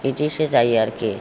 बिदिसो जायो आरोखि